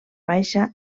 baixa